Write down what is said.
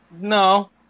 No